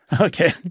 Okay